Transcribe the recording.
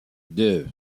deux